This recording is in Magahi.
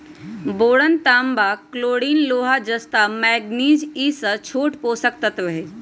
बोरन तांबा कलोरिन लोहा जस्ता मैग्निज ई स छोट पोषक तत्त्व हई